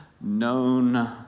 known